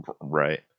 Right